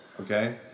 okay